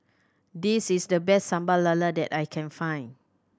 this is the best Sambal Lala that I can find